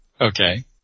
Okay